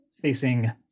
facing